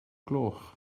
gloch